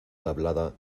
tablada